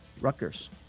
Rutgers